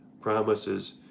promises